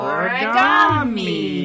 Origami